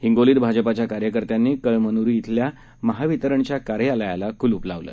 हिंगोलीत भाजपाच्या कार्यकर्त्यांनी कळमनुरी इथल्या महावितरणच्या कार्यालयाला कुलूप लावलं